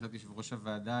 לבקשת יושב ראש הוועדה,